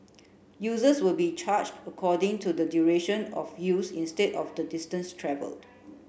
users will be charge according to the duration of use instead of the distance travelled